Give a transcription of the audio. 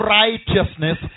righteousness